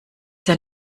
sehr